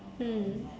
mm